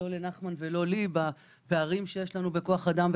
לנחמן ולי והפערים שיש לנו בכוח אדם,